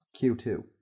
Q2